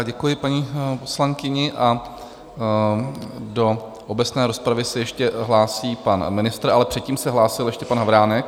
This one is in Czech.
Děkuji paní poslankyni a do obecné rozpravy se ještě hlásí pan ministr, ale předtím se hlásil ještě pan Havránek.